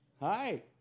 Hi